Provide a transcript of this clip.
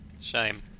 Shame